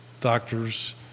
doctors